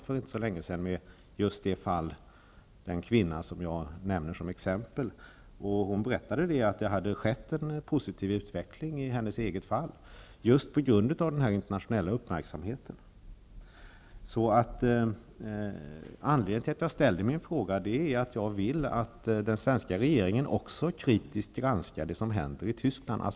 För inte så länge sedan hade jag ett telefonsamtal med just den kvinna som jag nämner i mitt exempel. Hon berättade att det för hennes del hade skett en positiv utveckling just genom den internationella uppmärksamheten. Anledningen till att jag framställt interpellationen är alltså att jag vill att också den svenska regeringen kritiskt skall granska det som händer i Tyskland.